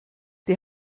die